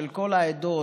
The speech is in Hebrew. של כל העדות,